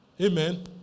Amen